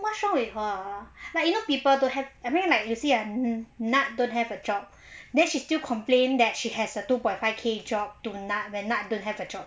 what's wrong with her ah like you know people like you see ah nat don't have a job then she still complain that she has a two point five K job to nat when nat don't have a job